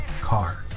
car